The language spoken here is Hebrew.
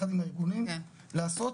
יחד עם הארגונים לעשות